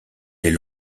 des